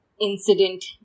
incident